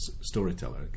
storyteller